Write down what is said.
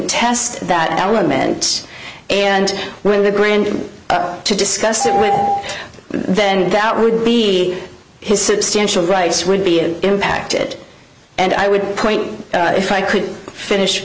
test that element and when the grand to discuss it when then that would be his substantial rights would be an impact it and i would point out if i could finish